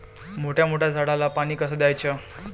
मोठ्या मोठ्या झाडांले पानी कस द्याचं?